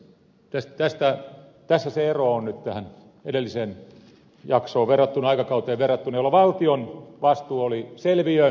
tässä se ero on nyt tähän edelliseen jaksoon aikakauteen verrattuna jolloin valtion vastuu oli selviö